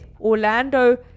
Orlando